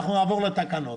אנחנו נעבור לתקנות.